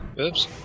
Oops